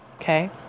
okay